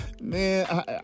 man